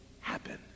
happen